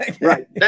Right